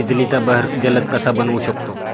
बिजलीचा बहर जलद कसा बनवू शकतो?